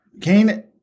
Kane